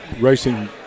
racing